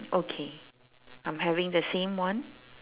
okay I'm having the same one